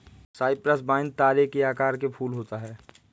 Cyprus vine तारे के आकार के फूल होता है